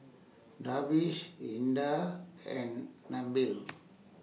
Darwish Indah and Nabil